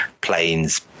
planes